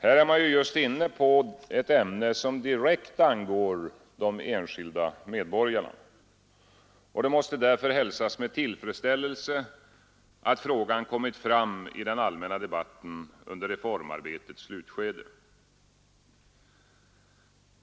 Här är man just inne på ett ämne som direkt angår de enskilda medborgarna Det måste därför hälsas med tillfredsställelse att frågan kommit fram i den allmänna debatten under reformarbetets slutskede.